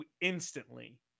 instantly